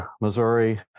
Missouri